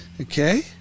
okay